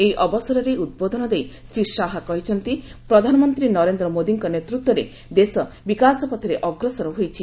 ଏହି ଅବସରରେ ଉଦ୍ବୋଧନ ଦେଇ ଶ୍ରୀ ଶାହା କହିଛନ୍ତି ପ୍ରଧାନମନ୍ତ୍ରୀ ନରେନ୍ଦ୍ର ମୋଦୀଙ୍କ ନେତୃତ୍ୱରେ ଦେଶ ବିକାଶପଥରେ ଅଗ୍ରସର ହୋଇଛି